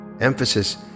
emphasis